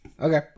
Okay